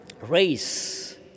race